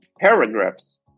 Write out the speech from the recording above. paragraphs